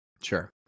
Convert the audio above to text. Sure